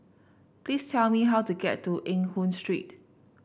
please tell me how to get to Eng Hoon Street